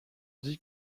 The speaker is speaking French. dit